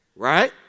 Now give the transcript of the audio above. right